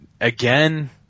again